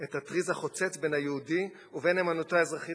את הטריז החוצץ בין היהודי ובין נאמנותו האזרחית למדינתו,